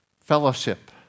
fellowship